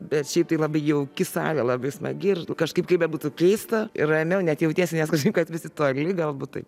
bet šiaip tai labai jauki salė labai smagi ir kažkaip kaip bebūtų keista ir ramiau net jautiesi nes kažkaip kad visi toli galbūt taip